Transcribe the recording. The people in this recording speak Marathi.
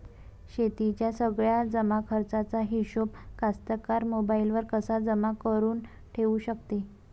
शेतीच्या सगळ्या जमाखर्चाचा हिशोब कास्तकार मोबाईलवर कसा जमा करुन ठेऊ शकते?